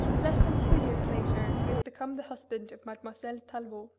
less than two years later he has become the husband of mademoiselle tallevaut.